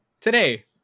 today